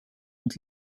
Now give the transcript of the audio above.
und